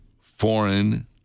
foreign